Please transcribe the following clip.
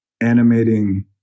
animating